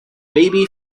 baby